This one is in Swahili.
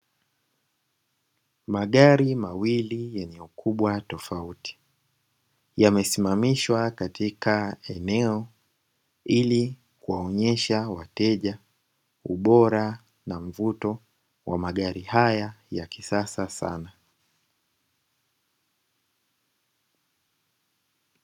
Magari mawili yenye ukubwa tofauti; yamesimamishwa katika eneo ili kuwaonyesha wateja ubora na mvuto wa magari haya ya kisasa sana.